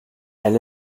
elle